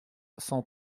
cent